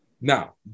Now